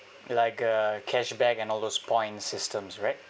like uh cashback and all those point systems right